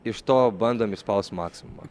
iš to bandom išspaust maksimumą